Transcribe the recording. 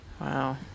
wow